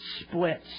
splits